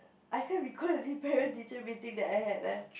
I can't recall any parent teacher meeting that I had lah